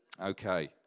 Okay